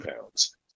pounds